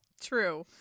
True